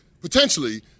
potentially